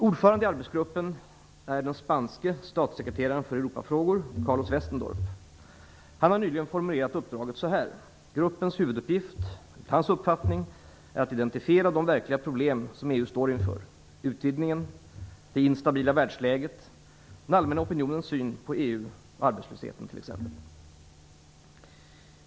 Ordförande i arbetsgruppen är den spanske statssekreteraren för Europafrågor, Carlos Westendorp. Han har nyligen formulerat uppdraget så här: Gruppens huvuduppgift är att identifiera de verkliga problem som EU står inför, t.ex. utvidgningen, det instabila världsläget, den allmänna opinionens syn på EU och arbetslösheten.